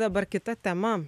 dabar kita tema